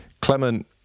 Clement